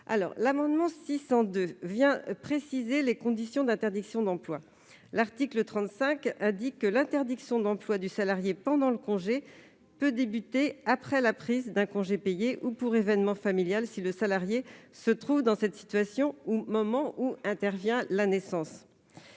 L'amendement n° 602 rectifié vise à préciser les conditions d'interdiction d'emploi. L'article 35 prévoit que l'interdiction d'emploi du salarié pendant le congé peut débuter après la prise d'un congé payé ou pour événement familial si le salarié se trouve dans cette situation au moment où intervient la naissance.